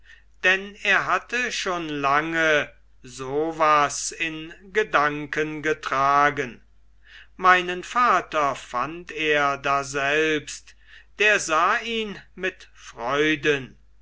denn er hatte schon lange so was in gedanken getragen meinen vater fand er daselbst der sah ihn mit freuden